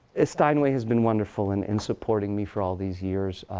ah steinway has been wonderful and in supporting me for all these years,